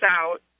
out